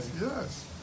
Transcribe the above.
Yes